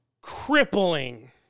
crippling